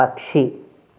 పక్షి